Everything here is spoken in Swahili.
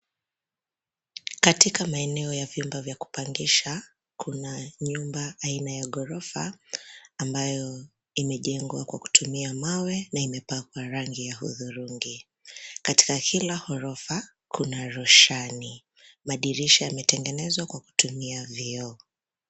Katika maeneo ya vyumba vya kupangisha kuna nyumba aina ya ghorofa ambayo imejengwa kwa kutumia mawe na imepakwa rangi ya udhurungi. Katika kila ghorofa kuna roshani. Madirisha yametengenezwa kwa kutumia vioo.